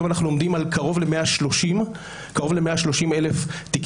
היום אנחנו עומדים על קרוב ל-130,000 תיקים.